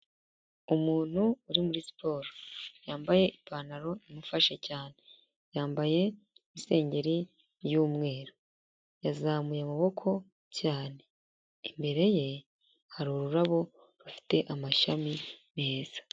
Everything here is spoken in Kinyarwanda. Umuntu uri muri siporo. Yambaye ipantaro imufashe cyane. Yambaye isengeri y'umweru. Yazamuye amaboko cyane. Imbere ye hari ururabo, rufite amashami meza.